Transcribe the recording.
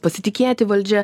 pasitikėti valdžia